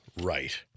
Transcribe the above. right